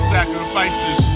Sacrifices